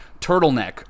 turtleneck